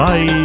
Bye